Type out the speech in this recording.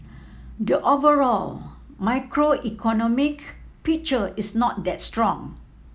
the overall macroeconomic picture is not that strong